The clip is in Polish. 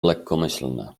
lekkomyślne